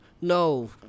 No